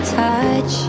touch